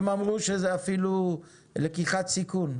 הם אמרו שזה אפילו לקיחת סיכון,